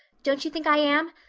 don't you think i am?